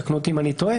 תקנו אותי אם אני טועה.